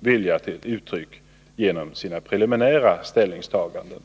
vilja till känna, och detta är alltså preliminära ställningstaganden.